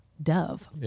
Dove